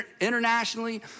internationally